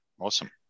awesome